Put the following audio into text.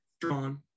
drawn